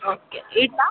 okay ಇಡಲಾ